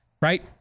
Right